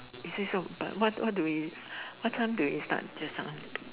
is it so but what what do we what time did we start just now